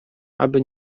aby